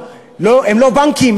ושירוויחו מהליבה העיקרית שלהם,